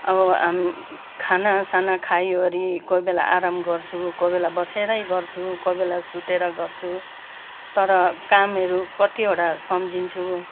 अब खाना साना खाइवरी कोही बेला आराम गर्छु कोही बेला बसेरै गर्छु कोही बेला सुतेर गर्छु तर कामहरू कतिवटा सम्झिन्छु